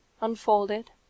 unfolded